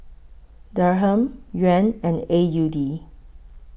Dirham Yuan and A U D